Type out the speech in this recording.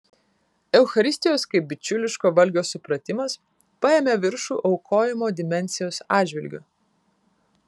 eucharistijos kaip bičiuliško valgio supratimas paėmė viršų aukojimo dimensijos atžvilgiu